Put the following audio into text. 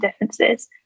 differences